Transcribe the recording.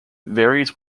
varies